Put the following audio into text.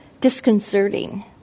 disconcerting